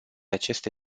aceste